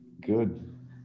Good